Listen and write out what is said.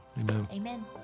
amen